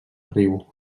riu